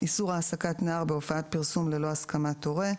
איסור העסקת נער בהופעת פרסום ללא הסכמת הורה.